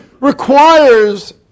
requires